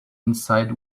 inside